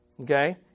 Okay